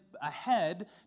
ahead